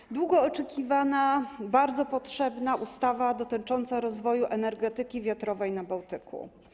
Jest to długo oczekiwana, bardzo potrzebna ustawa dotycząca rozwoju energetyki wiatrowej na Bałtyku.